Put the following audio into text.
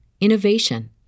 innovation